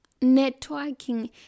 networking